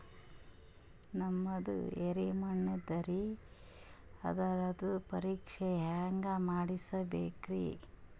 ನಮ್ದು ಎರಿ ಮಣ್ಣದರಿ, ಅದರದು ಪರೀಕ್ಷಾ ಹ್ಯಾಂಗ್ ಮಾಡಿಸ್ಬೇಕ್ರಿ?